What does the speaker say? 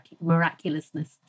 miraculousness